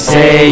Say